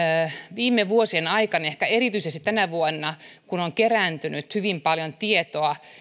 viime vuosien aikana ehkä erityisesti tänä vuonna on kerääntynyt hyvin paljon tietoa